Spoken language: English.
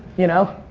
you know?